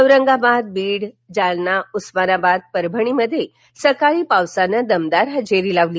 औरंगाबाद बीड जालना उस्मानाबाद परभणीत सकाळी पावसानं दमदार हजेरी लावली